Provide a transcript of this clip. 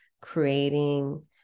creating